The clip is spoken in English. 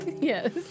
Yes